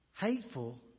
hateful